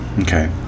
Okay